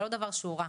זה לא דבר שהוא רע,